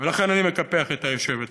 ולכן אני מקפח את היושבת-ראש.